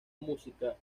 música